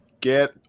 get